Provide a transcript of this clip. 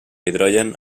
hidrogen